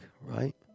right